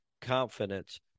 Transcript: confidence